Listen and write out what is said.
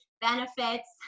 benefits